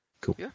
Cool